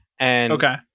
Okay